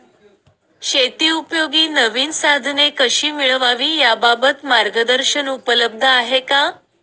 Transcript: शेतीउपयोगी नवीन साधने कशी मिळवावी याबाबत मार्गदर्शन उपलब्ध आहे का?